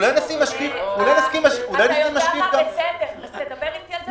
אולי נשים משקיף- -- אז תדבר איתי על זה.